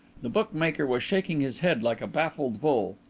the bookmaker was shaking his head like a baffled bull.